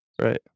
Right